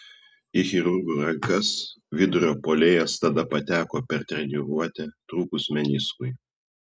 į chirurgų rankas vidurio puolėjas tada pateko per treniruotę trūkus meniskui